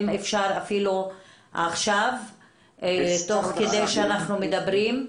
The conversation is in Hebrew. אם אפשר אפילו עכשיו תוך כדי שאנחנו מדברים.